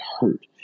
hurt